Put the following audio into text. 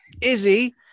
Izzy